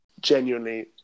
genuinely